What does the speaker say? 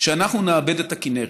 שאנחנו נאבד את הכינרת,